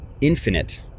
infinite